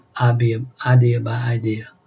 idea-by-idea